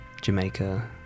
Jamaica